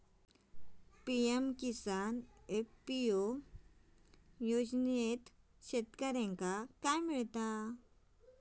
PM Kisan FPO योजनाच्यात शेतकऱ्यांका काय मिळता?